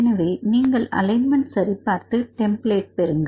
எனவே நீங்கள் அலைமென்ட் சரிபார்த்து டெம்ப்ளட் பெறுங்கள்